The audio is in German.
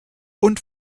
und